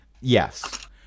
Yes